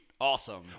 awesome